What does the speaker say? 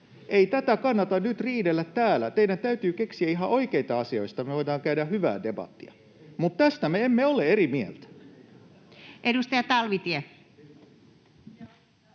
Ei tästä kannata nyt riidellä täällä. Teidän täytyy keksiä ihan oikeita asioita, joista me voidaan käydä hyvää debattia, mutta tästä me emme ole eri mieltä. [Speech 89]